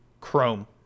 chrome